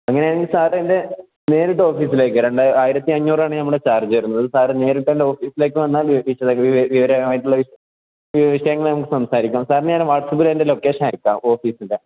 അങ്ങനെ ആണെങ്കിൽ സാർ എൻ്റെ നേരിട്ട് ഓഫീസിലേക്ക് രണ്ടായി ആയിരത്തി അഞ്ഞൂറാണ് നമ്മുടെ ചാർജ് വരുന്നത് സാർ നേരിട്ട് എൻ്റെ ഓഫീസിലേക്ക് വന്നാൽ വിിച്ചത വിവരമായിട്ടുള്ള വി വിഷയങ്ങള് നമുക്ക് സംസാരിക്കാം സാറിന് ഞാൻ വാട്സആപ്പിൽ എൻ്റെ ലൊക്കേഷൻ അയക്കാം ഓഫീസിൻ്റെ